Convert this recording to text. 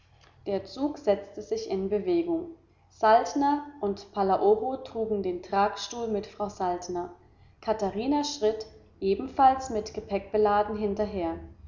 der zug setzte sich in bewegung saltner und palaoro trugen den tragstuhl mit frau saltner katharina schritt ebenfalls mit gepäck beladen hinterher